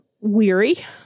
weary